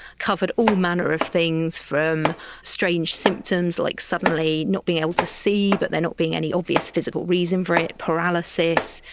covered all manner of things from strange symptoms, like suddenly not being able to see but there not being any obvious physical reason for it, paralysis,